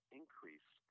increase